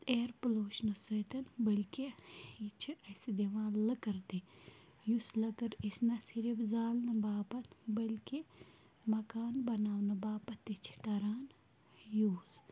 air pollution سۭتۍ بٔلکہِ یہِ چھِ اَسہِ دِوان لٔکٕر تہِ یُس لٔکٕر أسۍ نَہ صرف زالنہٕ باپَتھ بٔلکہِ مَکان بَناونہٕ باپَتھ تہِ چھِ کَران یوٗز